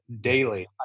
daily